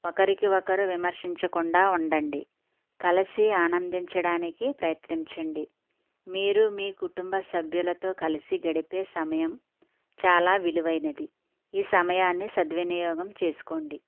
ఒకరికి ఒకరు విమర్శించకుండా ఉండండి కలిసి ఆనందించడానికి ప్రయత్నించండి మీరు మీ కుటుంబ సభ్యులతో కలిసి గడిపే సమయం చాలా విలువైనది ఈ సమయాన్ని సద్వినియోగం చేసుకోండి